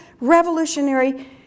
revolutionary